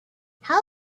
how